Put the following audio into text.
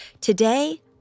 Today